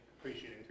appreciating